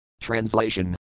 Translation